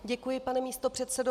Děkuji, pane místopředsedo.